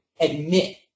admit